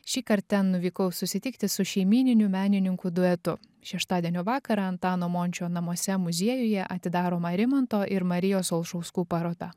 šįkart ten nuvykau susitikti su šeimyniniu menininkų duetu šeštadienio vakarą antano mončio namuose muziejuje atidaroma rimanto ir marijos olšauskų paroda